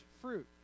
fruit